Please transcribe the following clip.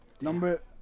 Number